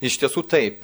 iš tiesų taip